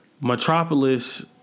Metropolis